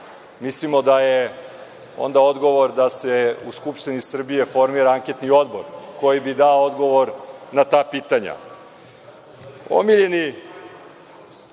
mislimo da je onda odgovor da se u Skupštini Srbije formira anketni odbor koji bi dao odgovor na ta pitanja. Omiljeni